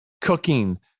cooking